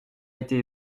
été